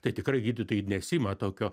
tai tikrai gydytojai nesiima tokio